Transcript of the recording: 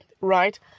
Right